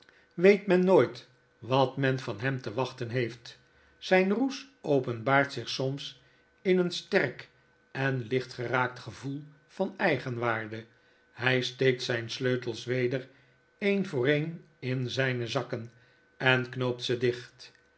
weet men nooit wat men van hem te wachten heeft zp roes openbaart zich soms in een sterk en lichtgeraakt gevdel van eigenwaarde hij steekt zp sleutels weder een voor een in zijne zakken en knoopt ze dicht